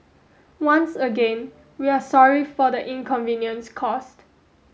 once again we are sorry for the inconvenience caused